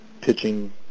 pitching